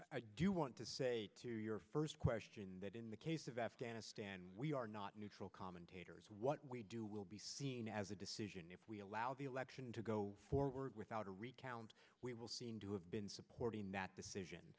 i do want to say to your first question that in the case of afghanistan we are not neutral commentators what we do will be seen as a decision if we allow the election to go forward without a recount we will seem to have been supporting that decision